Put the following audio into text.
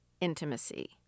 intimacy